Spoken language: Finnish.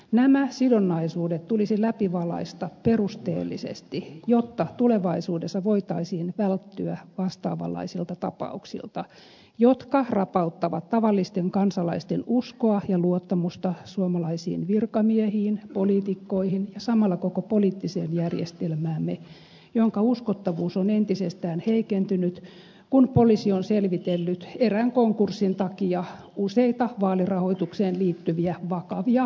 nämä sidonnaisuudet tulisi läpivalaista perusteellisesti jotta tulevaisuudessa voitaisiin välttyä vastaavanlaisilta tapauksilta jotka rapauttavat tavallisten kansalaisten uskoa ja luottamusta suomalaisiin virkamiehiin poliitikkoihin ja samalla koko poliittiseen järjestelmäämme jonka uskottavuus on entisestään heikentynyt kun poliisi on selvitellyt erään konkurssin takia useita vaalirahoitukseen liittyviä vakavia lahjusrikosepäilyjä